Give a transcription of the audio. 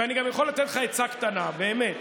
ואני גם יכול לתת לך עצה קטנה, באמת: